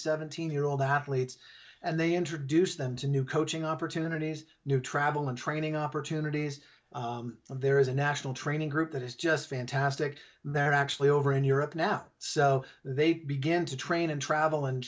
seventeen year old that leads and they introduce them to new coaching opportunities new travel and training opportunities there is a national training group that is just fantastic they're actually over in europe now so they begin to train and travel and